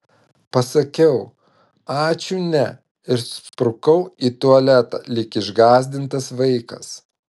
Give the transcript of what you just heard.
pasakiau ačiū ne ir sprukau į tualetą lyg išgąsdintas vaikas